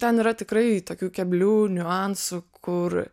ten yra tikrai tokių keblių niuansų kur